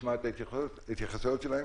נשמע את ההתייחסויות שלהם.